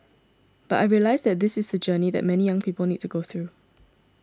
but I realised that this is the journey that many young people need to go through